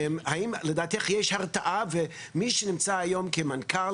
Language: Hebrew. האם לדעתך יש התרעה ומי שנמצא היום כמנכ"ל